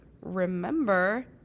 remember